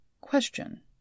question